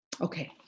Okay